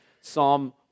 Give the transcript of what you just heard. Psalm